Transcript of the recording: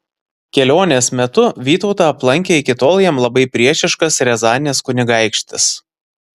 kelionės metu vytautą aplankė iki tol jam labai priešiškas riazanės kunigaikštis